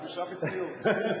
בצניעות.